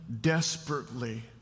desperately